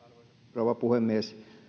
rouva puhemies